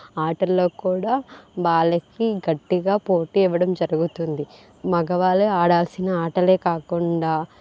ఆటల్లో కూడా వాళ్లకి గట్టిగా పోటీ ఇవ్వడం జరుగుతుంది మగవాళ్ళే ఆడాల్సిన ఆటలే కాకుండా